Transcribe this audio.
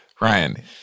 Ryan